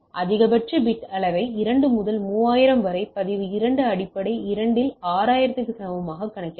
அதிகபட்ச பிட் அளவை 2 முதல் 3000 வரை பதிவு 2 அடிப்படை 2 இல் 6000 க்கு சமமாக கணக்கிடலாம்